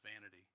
vanity